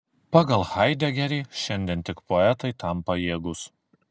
pagal haidegerį šiandien tik poetai tam pajėgūs